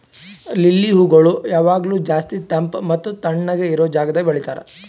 lily ಹೂಗೊಳ್ ಯಾವಾಗ್ಲೂ ಜಾಸ್ತಿ ತಂಪ್ ಮತ್ತ ತಣ್ಣಗ ಇರೋ ಜಾಗದಾಗ್ ಬೆಳಿತಾರ್